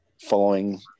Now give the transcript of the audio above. following